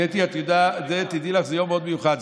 קטי, תדעי לך, זה יום מאוד מיוחד.